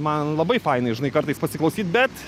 man labai fainai žinai kartais pasiklausyt bet